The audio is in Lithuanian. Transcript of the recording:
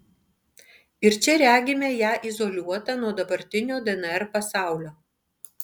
ir čia regime ją izoliuotą nuo dabartinio dnr pasaulio